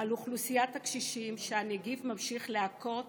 על אוכלוסיית הקשישים, שהנגיף ממשיך להכות